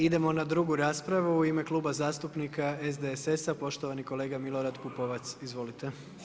Idemo na drugu raspravu, u ime Kluba zastupnika SDSS-a, poštovani kolega Milorad Pupovac, izvolite.